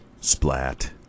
Splat